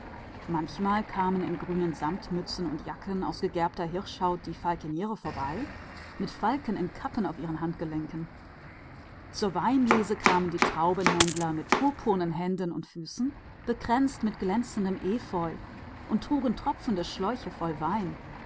bisweilen kamen auch in grünen samtmützen und jacken aus gegerbtem wildleder die falkeniere vorüber mit verkappten falken auf der faust zur winzerzeit kamen die traubentreter mit purpurnen händen und füßen bekränzt mit glänzendem efeu und trugen tropfende schläuche voll wein